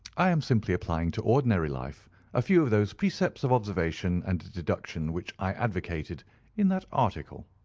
i am simply applying to ordinary life a few of those precepts of observation and deduction which i advocated in that article.